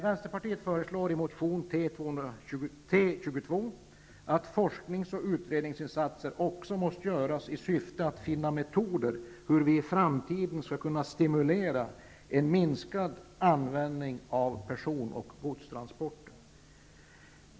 Vänsterpartiet föreslår i motion T222 att forsknings och utredningsinsatser skall göras i syfte att finna metoder för hur vi i framtiden skall kunna stimulera till en minskad användning av person och godstransporter.